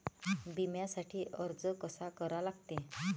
बिम्यासाठी अर्ज कसा करा लागते?